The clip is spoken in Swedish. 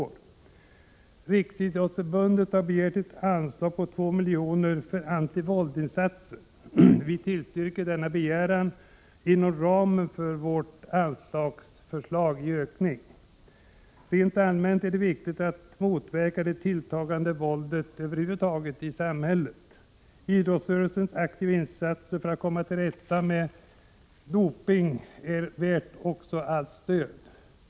Riksidrottsförbundet har begärt ett anslag på två miljoner för antivåldsinsatser. Vi tillstyrker denna begäran inom ramen för vårt förslag till anslagsökning. Rent allmänt är det viktigt att motverka det tilltagande våldet i samhället över huvud taget. Idrottsrörelsens aktiva insatser för att komma till rätta med doping är också värda allt stöd.